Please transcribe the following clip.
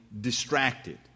distracted